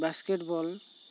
basket ᱵᱚᱞ